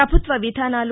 ప్రభుత్వ విధానాలు